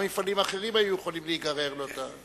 מפעלים אחרים היו יכולים להיגרר לאותה,